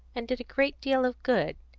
and did a great deal of good,